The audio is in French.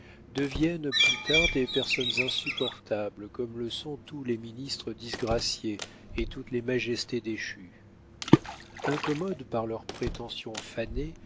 deviennent plus tard des personnes insupportables comme le sont tous les ministres disgraciés et toutes les majestés déchues incommodes par leurs prétentions fanées